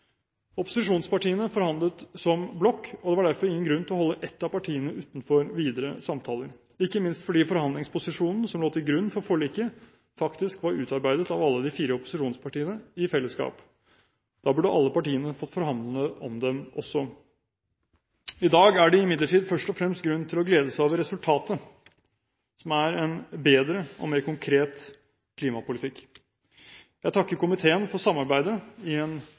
Opposisjonspartiene forhandlet som blokk, og det var derfor ingen grunn til å holde ett av partiene utenfor videre samtaler, ikke minst fordi forhandlingsposisjonen som lå til grunn for forliket, faktisk var utarbeidet av alle de fire opposisjonspartiene i fellesskap. Da burde alle partiene fått forhandle om dem også. I dag er det imidlertid først og fremst grunn til å glede seg over resultatet, som er en bedre og mer konkret klimapolitikk. Jeg takker komiteen for samarbeidet i en